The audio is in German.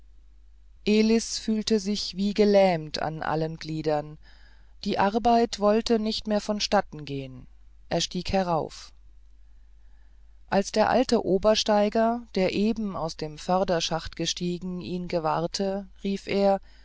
elis fühlte sich wie gelähmt an allen gliedern die arbeit wollte nicht mehr vonstatten gehen er stieg herauf als der alte obersteiger der eben aus dem förderschacht gestiegen ihn gewahrte rief er